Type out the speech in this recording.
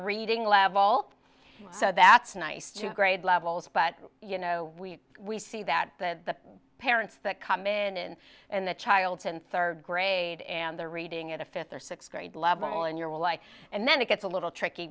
reading level so that's nice two grade levels but you know we we see that the parents that come in and the child and third grade and they're reading at a fifth or sixth grade level and you're like and then it gets a little tricky